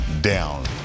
down